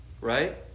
right